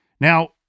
Now